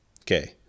Okay